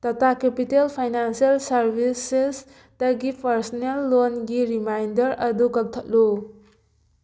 Tata capital financial services ꯇꯒꯤ personal ꯂꯣꯟꯒꯤ reminder ꯑꯗꯨ ꯀꯛꯊꯠꯂꯨ